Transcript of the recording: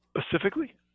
specifically